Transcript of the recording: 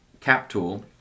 Captool